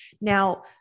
now